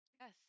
Yes